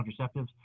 contraceptives